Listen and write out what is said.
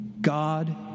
God